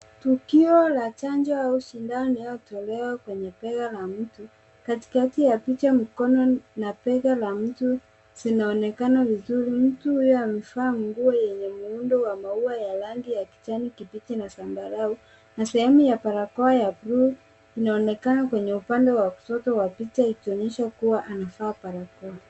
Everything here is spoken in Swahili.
Tukio la chanjo au sindano inayotolewa kwenye bega la mtu. Katikati ya picha mkono na bega la mtu zinaonekana vizuri. Mtu huyu amevaa nguo yenye muundo wa maua ya rangi ya kijani kibichi na zambarau na sehemu ya barakoa ya bluu inaonekana kwenye upande wa kushoto wa picha, ikionyesha kuwa anavaa barakoa.